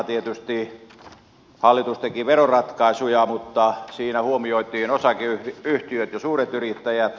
tietysti hallitus teki veroratkaisuja mutta siinä huomioitiin osakeyhtiöt ja suuret yrittäjät